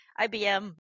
IBM